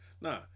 Nah